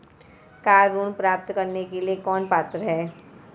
Car ऋण प्राप्त करने के लिए कौन पात्र है?